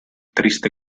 triste